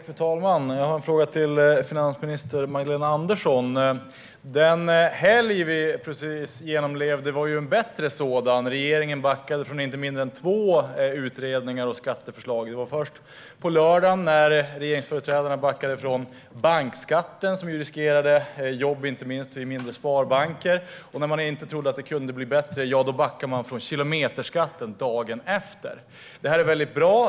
Fru talman! Jag har en fråga till finansminister Magdalena Andersson. Den helg vi precis genomlevde var en bättre sådan. Regeringen backade från inte mindre än två utredningar och skatteförslag. På lördagen backade regeringens företrädare från bankskatten, som riskerade jobb inte minst i mindre sparbanker. När man inte trodde att det kunde bli bättre backade de från kilometerskatten dagen efter. Det här är väldigt bra.